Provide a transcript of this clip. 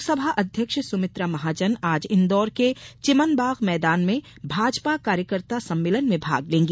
लोकसभा अध्यक्ष सुमित्रा महाजन आज इंदौर के चिमनबाग मैदान में भाजपा कार्यकर्ता सम्मेलन में भाग लेंगी